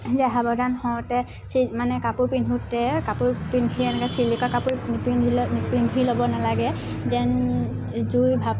সাৱধান হওঁতে মানে কাপোৰ পিন্ধোঁতে কাপোৰ পিন্ধি এনেকৈ ছিল্কৰ কাপোৰ নিপিন্ধি পিন্ধি ল'ব নালাগে যেন জুইৰ ভাৱটো